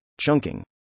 chunking